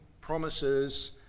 promises